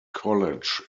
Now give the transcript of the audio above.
college